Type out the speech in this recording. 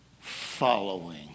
following